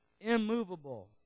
immovable